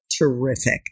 Terrific